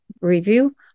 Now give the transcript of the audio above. review